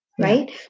right